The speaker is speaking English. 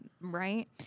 Right